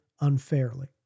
unfairly